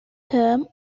term